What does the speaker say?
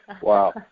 Wow